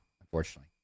unfortunately